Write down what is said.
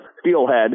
steelhead